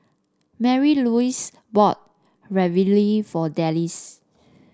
Marylouise bought Ravioli for Dallas